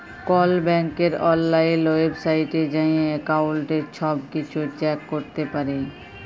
call ব্যাংকের অললাইল ওয়েবসাইটে যাঁয়ে এক্কাউল্টের ছব কিছু চ্যাক ক্যরতে পারি